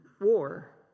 war